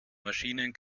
maschinen